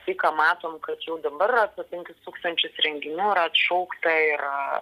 tai ką matom kad jau dabar yra apie penkis tūkstančius renginių yra atšaukta yra